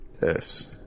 Yes